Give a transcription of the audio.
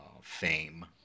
fame